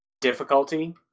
difficulty